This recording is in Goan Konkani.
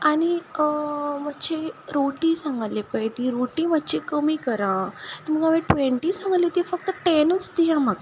आनी मातशी रोटी सांगल्ली पळय ती रोटी मातशे कमी करा तुमकां हांवें ट्वेंटी सांगिल्ली ती फक्त टेनूच दिया म्हाका